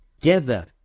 Together